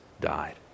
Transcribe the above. died